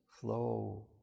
flow